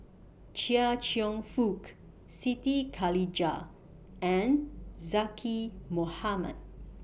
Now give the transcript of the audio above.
Chia Cheong Fook Siti Khalijah and Zaqy Mohamad